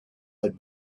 had